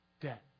debt